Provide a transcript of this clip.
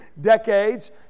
decades